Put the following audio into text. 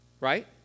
right